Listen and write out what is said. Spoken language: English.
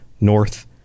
north